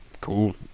Cool